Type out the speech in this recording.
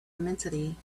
immensity